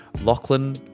Lachlan